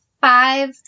five